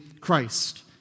Christ